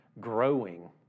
growing